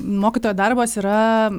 mokytojo darbas yra